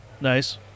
Nice